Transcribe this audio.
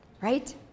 right